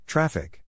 Traffic